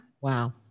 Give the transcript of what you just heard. Wow